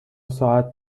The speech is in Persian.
ساعت